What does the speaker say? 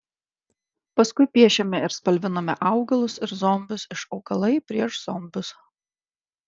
paskui piešėme ir spalvinome augalus ir zombius iš augalai prieš zombius